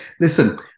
Listen